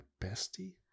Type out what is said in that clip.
bestie